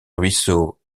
ruisseaux